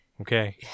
Okay